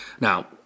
Now